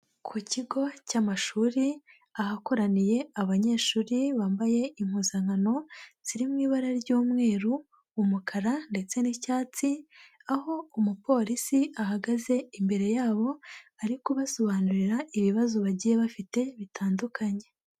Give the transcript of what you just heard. Ku kigo cy'amashuri ahakoraniye abanyeshuri bambaye impuzankano ziri mu ibara ry'umweru, umukara ndetse n'icyatsi, aho umupolisi ahagaze imbere yabo ari kubasobanurira ibibazo bagiye bafite bitandukanye.